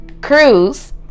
cruise